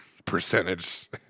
percentage